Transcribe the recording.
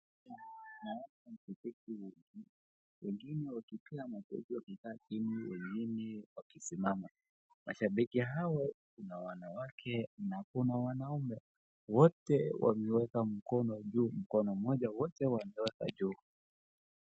Washabiki wengine wakipiga makofi wakikaa chini wengine wakisimama. Washabiki hao kuna wanawake na wanaume wote wameweka mkono juu, mkono moja wote wa ndonda juu.